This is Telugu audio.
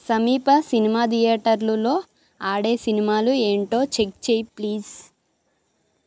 సమీప సినిమా థియేటర్లులో ఆడే సినిమాలు ఏంటో చెక్ చేయి ప్లీజ్